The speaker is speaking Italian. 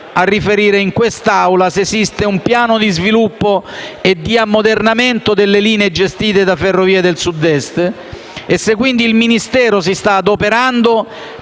a riferire in quest'Assemblea se esiste un piano di sviluppo e di ammodernamento delle linee gestite da Ferrovie del Sud Est e se, quindi, il Ministero si sta adoperando